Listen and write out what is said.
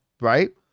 right